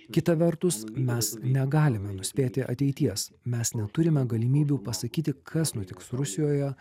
kita vertus mes negalime nuspėti ateities mes neturime galimybių pasakyti kas nutiks rusijoje